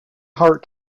heart